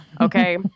Okay